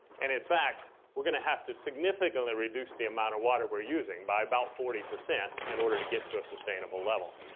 and in fact, we're going to have to significantly reduce the amount of water we're using by about forty percent in order to get to a sustainable level.